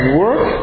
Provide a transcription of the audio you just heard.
work